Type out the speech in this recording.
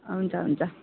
हुन्छ हुन्छ